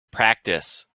practice